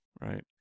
Right